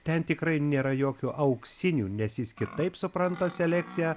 ten tikrai nėra jokių auksinių nes jis kitaip supranta selekciją